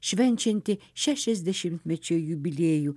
švenčiantį šešiasdešimtmečio jubiliejų